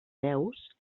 veus